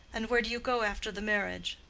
and where do you go after the marriage?